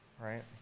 right